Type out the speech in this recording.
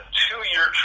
two-year